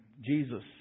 Jesus